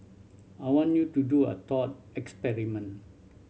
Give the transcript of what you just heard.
I want you to do a thought experiment